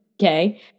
okay